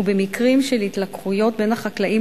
ובמקרים של התלקחויות בין החקלאים